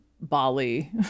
Bali